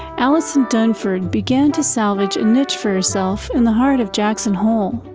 alison dunford began to salvage a niche for herself in the heart of jackson hole.